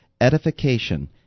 edification